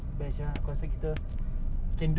hundred twen~ err hundred twenty sia